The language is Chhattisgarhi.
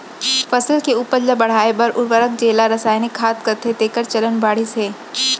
फसल के उपज ल बढ़ाए बर उरवरक जेला रसायनिक खाद कथें तेकर चलन बाढ़िस हे